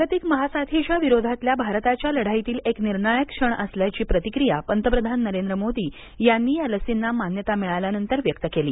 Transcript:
जागतिक महासाथीच्या विरोधातल्या भारताच्या लढाईतील एक निर्णायक क्षण असल्याची प्रतिक्रीया पंतप्रधान नरेंद्र मोदी यांनी या लसींना मान्यता भिळाल्यानंतर व्यक्त केली